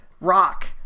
rock